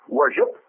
worship